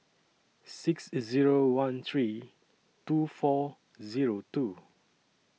six Zero one three two four Zero two